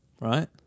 right